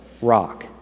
rock